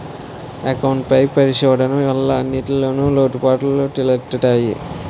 account పై పరిశోధన వల్ల అన్నింటిన్లో లోటుపాటులు తెలుత్తయి